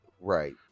Right